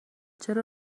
چرا